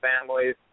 families